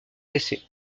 décès